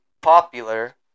popular